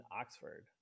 Oxford